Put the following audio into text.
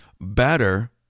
better